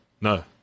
No